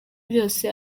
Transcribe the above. byose